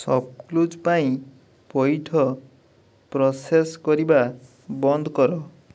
ସପ୍ କ୍ଲୁଜ୍ ପାଇଁ ପଇଠ ପ୍ରୋସେସ୍ କରିବା ବନ୍ଦ କର